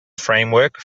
framework